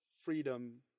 freedom